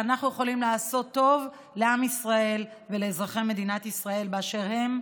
ואנחנו יכולים לעשות טוב לעם ישראל ולאזרחי מדינת ישראל באשר הם,